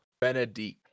Benedict